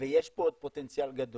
ויש פה עוד פוטנציאל גדול.